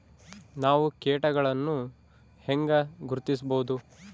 ನಾವು ಕೇಟಗಳನ್ನು ಹೆಂಗ ಗುರ್ತಿಸಬಹುದು?